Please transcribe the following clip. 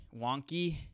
wonky